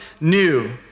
new